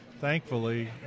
thankfully